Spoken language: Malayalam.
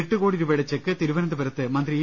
എട്ടുകോട്ടി രൂപയുടെ ചെക്ക് തിരുവനന്തപുരത്ത് മന്ത്രി ഇ